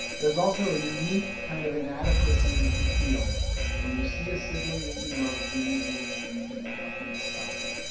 there's also a unique kind of inadequacy that you feel when you see a sibling that you love being abused, and you can do nothing to stop it.